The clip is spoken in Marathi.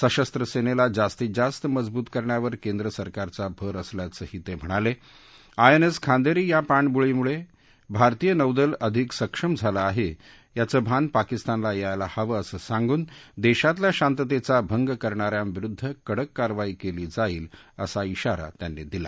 सशस्त्र सम्रांका जास्तीत जास्त मजबूत करण्यावर केंद्रसरकारचा भर असल्याचंही त म्हिणाल आय एन एस खांदरी या पाणबुडीमुळ आरतीय नौदल अधिक सक्षम झालं आह यातं भान पाकिस्तानला यायला हवी असं सांगून दक्षितल्या शांतत्त्वी भंग करणाऱ्यांविरुद्ध कडक कारवाई क्ली जाईल असा श्रीरा त्यांनी दिला